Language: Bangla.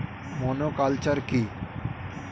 মনোকালচার কি?